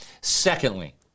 Secondly